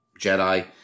Jedi